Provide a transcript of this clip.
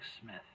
Smith